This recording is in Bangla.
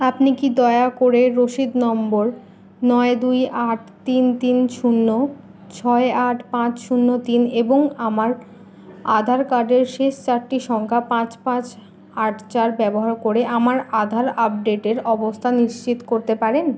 আপনি কি দয়া করে রসিদ নম্বর নয় দুই আট তিন তিন শূন্য ছয় আট পাঁচ শূন্য তিন এবং আমার আধার কার্ডের শেষ চারটি সংখ্যা পাঁচ পাঁচ আট চার ব্যবহার করে আমার আধার আপডেটের অবস্থা নিশ্চিত করতে পারেন